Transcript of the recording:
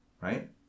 right